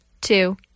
two